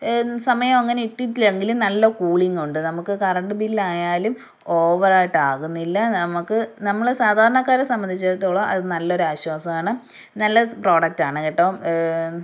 സമയം അങ്ങനെ ഇട്ടിട്ടില്ലായിരുന്നു ഇതിൽ നല്ല കൂളിംങ്ങുണ്ട് നമുക്ക് കറൻ്റ് ബില്ലായാലും ഓവറായിട്ട് ആകുന്നില്ല നമുക്ക് നമ്മൾ സാധാരണക്കാരെ സംബന്ധിച്ചിടത്തോളം അത് നല്ലൊരാശ്വാസമാണ് നല്ല പ്രോഡക്റ്റാണ് കേട്ടോ